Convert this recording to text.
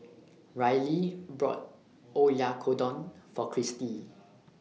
Ryley bought Oyakodon For Cristi